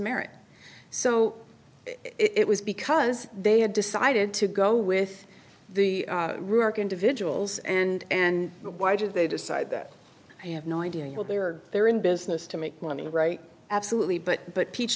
marriage so it was because they had decided to go with the remark individuals and and why did they decide that i have no idea who they are they're in business to make money right absolutely but but peach